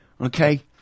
Okay